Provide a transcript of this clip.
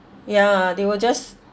ya they will just